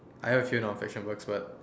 I don't think non fiction works but